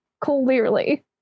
clearly